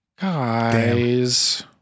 Guys